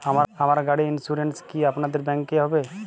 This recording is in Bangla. আমার গাড়ির ইন্সুরেন্স কি আপনাদের ব্যাংক এ হবে?